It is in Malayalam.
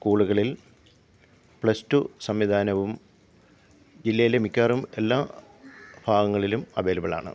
സ്കൂളുകളില് പ്ലസ് റ്റൂ സംവിധാനവും ജില്ലയിലെ മിക്കവാറും എല്ലാ ഭാഗങ്ങളിലും അവൈലബിൾ ആണ്